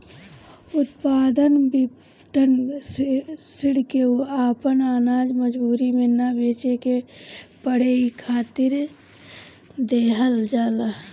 उत्पाद विपणन ऋण किसान के आपन आनाज मजबूरी में ना बेचे के पड़े इ खातिर देहल जाला